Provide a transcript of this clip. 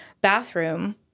bathroom